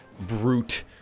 Brute